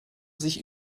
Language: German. sich